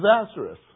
disastrous